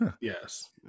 Yes